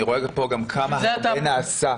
אני רואה כמה הרבה נעשה,